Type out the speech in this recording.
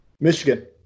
Michigan